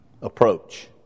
approach